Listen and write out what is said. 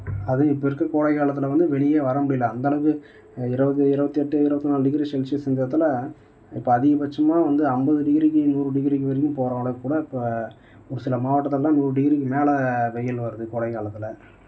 அது இப்போ இருக்க கோடைக்காலத்தில் வந்து வெளியே வர முடியல அந்த அளவுக்கு இருபது இருபத்தி எட்டு இருபத்தி நாலு டிகிரி செல்சியஸ்ங்குறதில் இப்போ அதிகபட்சமாக வந்து ஐம்பது டிகிரிக்கி நூறு டிகிரிக்கு வரைக்கும் போகிற அளவுக்கு கூட இப்போ ஒரு சில மாவட்டத்துலலாம் நூறு டிகிரிக்கு மேலே வெயில் வருது கோடைக்காலத்தில்